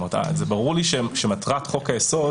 ברור לי שטריוויאלי לומר שמטרת חוק-היסוד